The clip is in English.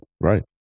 right